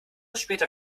später